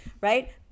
right